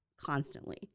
constantly